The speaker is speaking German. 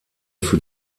für